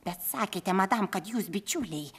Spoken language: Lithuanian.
bet sakėte madam kad jūs bičiuliai